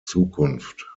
zukunft